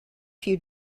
few